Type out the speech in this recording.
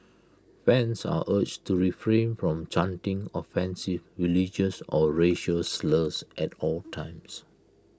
fans are urged to refrain from chanting offensive religious or racial slurs at all times